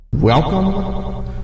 Welcome